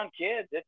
kids